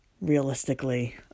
realistically